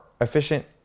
efficient